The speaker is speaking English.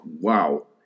wow